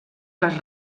les